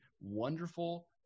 wonderful